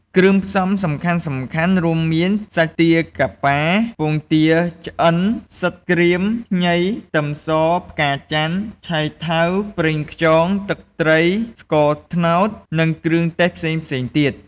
គ្រឿងផ្សំសំខាន់ៗរួមមាន សាច់ទាកាប៉ា ពងទាឆ្អិន ផ្សិតក្រៀម ខ្ញី ខ្ទឹមស ផ្កាចន្ទន៍ ឆៃថាវ ប្រេងខ្យង ទឹកត្រី ស្ករត្នោត និងគ្រឿងទេសផ្សេងៗទៀត។